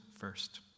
first